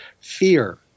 fear